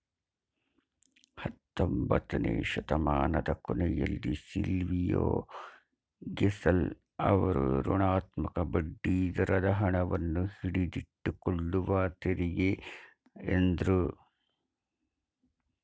ಹತ್ತೊಂಬತ್ತನೆ ಶತಮಾನದ ಕೊನೆಯಲ್ಲಿ ಸಿಲ್ವಿಯೋಗೆಸೆಲ್ ಅವ್ರು ಋಣಾತ್ಮಕ ಬಡ್ಡಿದರದ ಹಣವನ್ನು ಹಿಡಿದಿಟ್ಟುಕೊಳ್ಳುವ ತೆರಿಗೆ ಎಂದ್ರು